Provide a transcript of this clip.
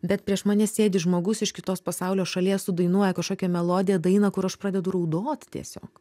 bet prieš mane sėdi žmogus iš kitos pasaulio šalies sudainuoja kažkokią melodiją dainą kur aš pradedu raudoti tiesiog